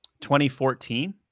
2014